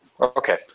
Okay